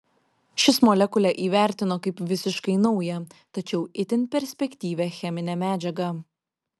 šis molekulę įvertino kaip visiškai naują tačiau itin perspektyvią cheminę medžiagą